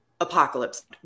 apocalypse